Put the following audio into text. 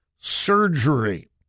surgery